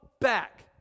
back